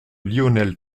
lionel